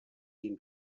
den